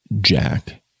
Jack